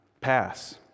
pass